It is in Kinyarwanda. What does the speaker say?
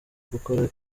gukora